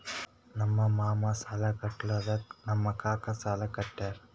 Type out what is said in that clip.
ನಮ್ ಮಾಮಾ ಸಾಲಾ ಕಟ್ಲಾರ್ದುಕ್ ನಮ್ ಕಾಕಾ ಸಾಲಾ ಕಟ್ಯಾರ್